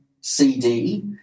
CD